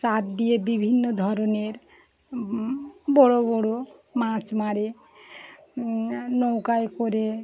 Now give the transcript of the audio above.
চার দিয়ে বিভিন্ন ধরনের বড় বড় মাছ মারে নৌকায় করে